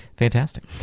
Fantastic